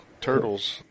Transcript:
turtles